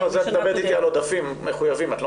לא, את מדברת איתי על עודפים מחויבים, את לא